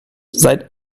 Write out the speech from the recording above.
seit